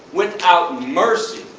without mercy,